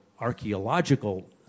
archaeological